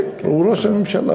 כן, הוא ראש הממשלה.